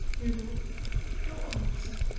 you will go on, sir